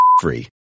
free